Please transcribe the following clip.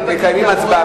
אתה, אנחנו מקיימים הצבעה.